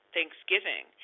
Thanksgiving